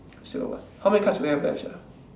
still got what how many cards we have left sia